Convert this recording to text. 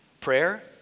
Prayer